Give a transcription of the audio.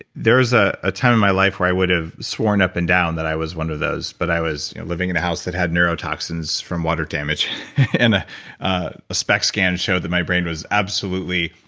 there's a a time in my life where i would have sworn up and down that i was one of those but i was living in a house that had neuro toxins from water damage and ah ah a spect scan showed that my brain was absolutely.